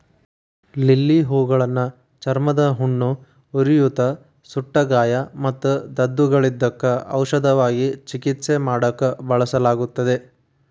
lily ಹೂಗಳನ್ನ ಚರ್ಮದ ಹುಣ್ಣು, ಉರಿಯೂತ, ಸುಟ್ಟಗಾಯ ಮತ್ತು ದದ್ದುಗಳಿದ್ದಕ್ಕ ಔಷಧವಾಗಿ ಚಿಕಿತ್ಸೆ ಮಾಡಾಕ ಬಳಸಲಾಗುತ್ತದೆ